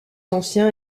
ancien